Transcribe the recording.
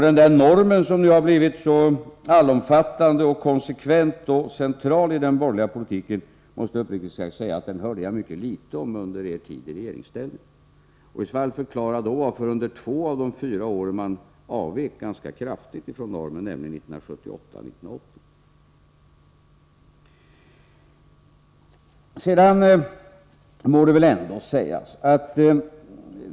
Den norm som nu har blivit så allomfattande, konsekvent och central i den borgerliga politiken hörde jag uppriktigt sagt mycket litet om under er tid i regeringsställning. Om den var så viktig borde ni i så fall förklara varför ni under två av de fyra åren avvek ganska kraftigt ifrån den, nämligen 1978 och 1980.